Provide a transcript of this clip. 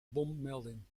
bommelding